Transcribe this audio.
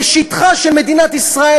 בשטחה של מדינת ישראל,